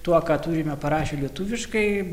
tuo ką turime parašę lietuviškai